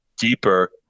deeper